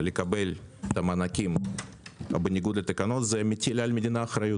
לקבל את המענקים בניגוד לתקנון זה מטיל על המדינה אחריות.